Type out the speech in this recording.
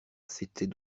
c’était